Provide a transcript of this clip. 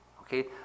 okay